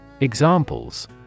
Examples